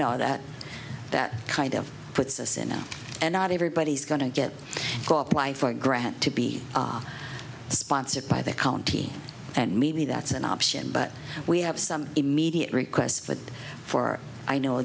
know that that kind of puts us in and not everybody's going to get caught by for a grant to be sponsored by the county and maybe that's an option but we have some immediate requests for i know